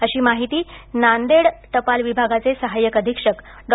अशी माहिती नांदेड डाक विभागाचे सहाय्यक अधिक्षक डॉ